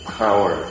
power